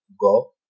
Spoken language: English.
go